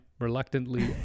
Reluctantly